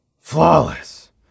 flawless